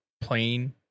plain